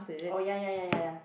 oh ya ya ya ya ya